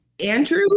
Andrew